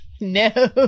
No